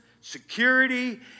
security